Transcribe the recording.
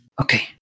Okay